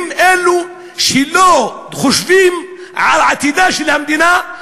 הם אלו שלא חושבים על עתידה של המדינה,